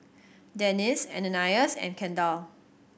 Dennis Ananias and Kendall